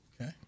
Okay